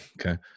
Okay